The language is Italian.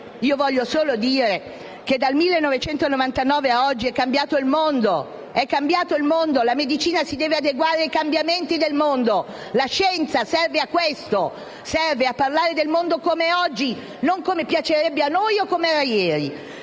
ma vorrei solo dire che dal 1999 ad oggi è cambiato il mondo e la medicina si deve adeguare ai cambiamenti del mondo. La scienza serve a questo: a parlare del mondo come è oggi, non come piacerebbe a noi o come era ieri.